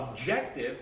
objective